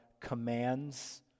commands